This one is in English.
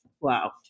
Wow